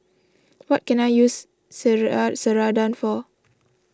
what can I use Ceradan for